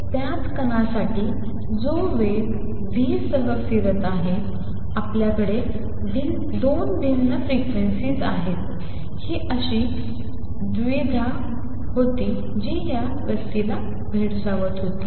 तर त्याच कणासाठी जो वेग v सह फिरत आहे आपल्याकडे 2 भिन्न फ्रिक्वेन्सी आहेत ही अशी दुविधा होती जी या व्यक्तीला भेडसावत होती